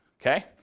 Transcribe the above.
Okay